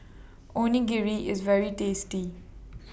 Onigiri IS very tasty